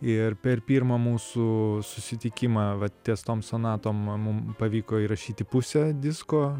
ir per pirmą mūsų susitikimą vat ties tom sonatom mum pavyko įrašyti pusę disko